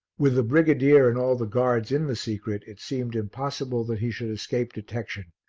with the brigadier and all the guards in the secret, it seemed impossible that he should escape detection,